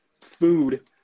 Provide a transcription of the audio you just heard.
Food